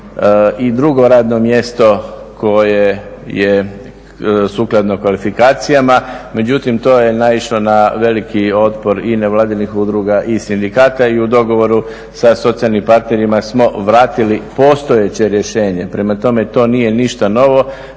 i drugo radno mjesto koje je sukladno kvalifikacijama. Međutim, to je naišlo na veliki otpor i nevladinih udruga i sindikata i u dogovoru sa socijalnim partnerima smo vratili postojeće rješenje. Prema tome to nije ništa novo